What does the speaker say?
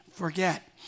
Forget